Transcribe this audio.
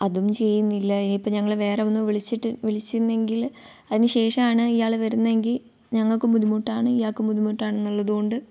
അതും ചെയ്യുന്നില്ല ഇനിയിപ്പോൾ ഞങ്ങൾ വേറെ ഒന്ന് വിളിച്ചിട്ട് വിളിച്ചിരുന്നെങ്കിൽ അതിനുശേഷമാണ് ഇയാൾ വരുന്നതെങ്കിൽ ഞങ്ങൾക്കും ബുദ്ധിമുട്ടാണ് ഇയാൾക്കും ബുദ്ധിമുട്ടാണ് എന്നുള്ളത് കൊണ്ട്